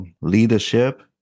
leadership